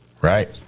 right